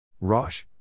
Rosh